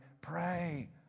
pray